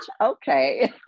Okay